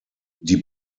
die